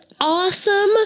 awesome